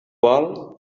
vol